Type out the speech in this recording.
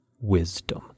wisdom